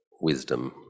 wisdom